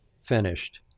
finished